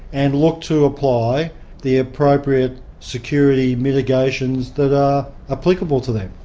and look to apply the appropriate security mitigations that are applicable to them.